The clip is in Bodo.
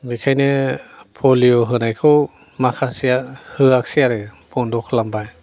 बेखायनो पलिय' होनायखौ माखासेया होआखिसै आरो बन्द खालामबाय